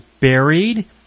buried